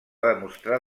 demostrar